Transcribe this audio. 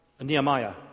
Nehemiah